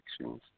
actions